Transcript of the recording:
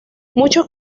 muchos